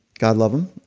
god love em,